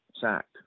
sacked